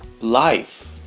life